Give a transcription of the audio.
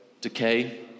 decay